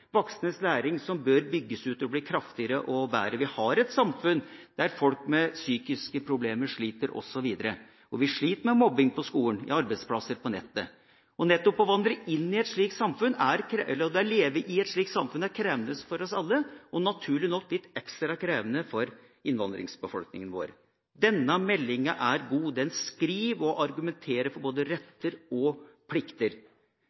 voksnes læring som bør bygges ut og bli kraftigere og bedre. Vi har et samfunn der folk med psykiske problemer sliter, osv. Vi sliter med mobbing på skoler, på arbeidsplasser og på nettet. Nettopp å innvandre til et slikt samfunn og leve i et slikt samfunn er krevende for oss alle og, naturlig nok, litt ekstra krevende for innvandringsbefolkningen vår. Denne meldinga er god. Den beskriver og argumenterer for både retter og plikter.